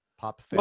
pop